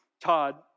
Todd